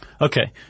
Okay